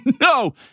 No